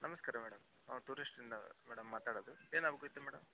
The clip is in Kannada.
ನಮಸ್ಕಾರ ಮೇಡಮ್ ನಾವು ಟೂರಿಸ್ಟಿಂದ ಮೇಡಮ್ ಮಾತಾಡೋದು ಏನಾಗಬೇಕಿತ್ತು ಮೇಡಮ್